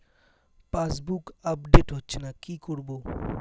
Passbook update হচ্ছেনা কি করবো?